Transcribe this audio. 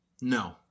No